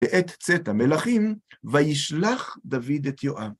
בעת צאת המלאכים, וישלח דוד את יואב.